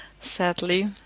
sadly